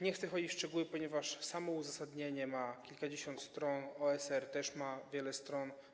Nie chcę wchodzić w szczegóły, ponieważ samo uzasadnienie ma kilkadziesiąt stron, OSR też ma wiele stron.